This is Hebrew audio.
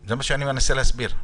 זה מה שאני מנסה להסביר.